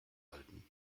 halten